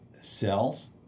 cells